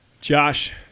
Josh